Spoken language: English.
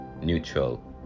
neutral